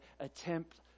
attempt